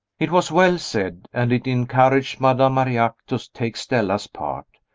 it was well said, and it encouraged madame marillac to take stella's part.